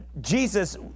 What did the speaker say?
Jesus